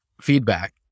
Feedback